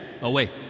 away